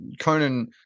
Conan